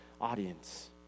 audience